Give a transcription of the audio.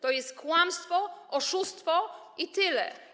To jest kłamstwo, oszustwo i tyle.